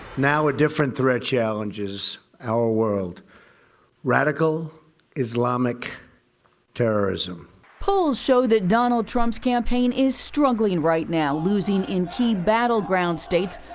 now a different threat challenges our world radical islamic terrorism. reporter polls show that donald trump's campaign is struggling right now, losing in key battleground states,